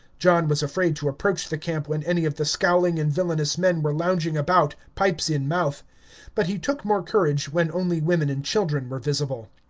john was afraid to approach the camp when any of the scowling and villainous men were lounging about, pipes in mouth but he took more courage when only women and children were visible.